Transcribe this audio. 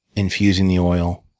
infusing the oil,